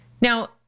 Now